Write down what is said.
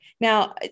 now